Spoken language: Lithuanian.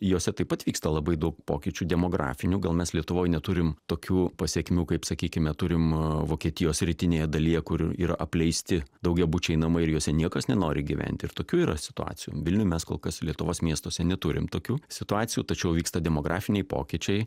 jose taip pat vyksta labai daug pokyčių demografinių gal mes lietuvoj neturim tokių pasekmių kaip sakykime turim vokietijos rytinėje dalyje kur yra apleisti daugiabučiai namai ir juose niekas nenori gyventi ir tokių yra situacijų vilniuj mes kol kas lietuvos miestuose neturim tokių situacijų tačiau vyksta demografiniai pokyčiai